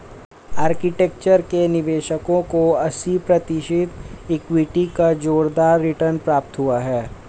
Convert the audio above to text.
architecture के निवेशकों को अस्सी प्रतिशत इक्विटी का जोरदार रिटर्न प्राप्त हुआ है